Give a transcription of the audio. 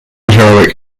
heroic